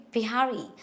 Bihari